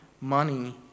money